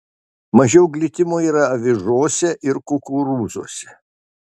mažiau glitimo yra avižose ir kukurūzuose